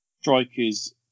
Strikers